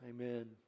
Amen